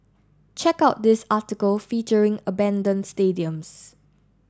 check out this article featuring abandon stadiums